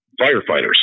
Firefighters